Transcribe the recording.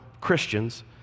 Christians